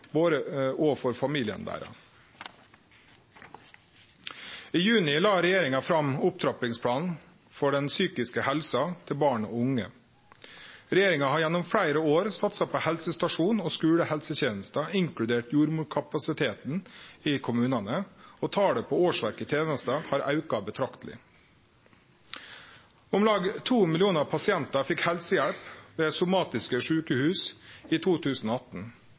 og for familiane deira. I juni la regjeringa fram Opptrappingsplanen for den psykiske helsa til barn og unge. Regjeringa har gjennom fleire år satsa på helsestasjons- og skulehelsetenesta, inkludert jordmorkapasiteten i kommunane, og talet på årsverk i tenesta har auka betrakteleg. Om lag 2 millionar pasientar fekk helsehjelp ved somatiske sjukehus i 2018,